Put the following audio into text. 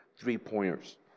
three-pointers